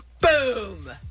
Boom